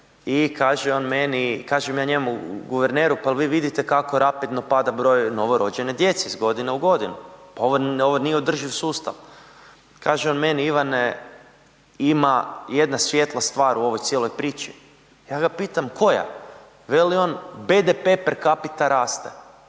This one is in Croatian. i kaže on meni, kažem ja njemu guverneru pa jel vi vidite kako rapidno pada broj novorođene djece iz godine u godinu, pa ovo nije održiv sustav. Kaže on meni, Ivane ima jedna svijetla stvar u ovoj cijeloj priči. Ja ga pitam koja? Veli on, BPD per capita raste